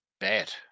bad